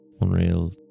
Unreal